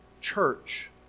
church